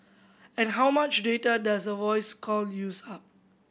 and how much data does a voice call use up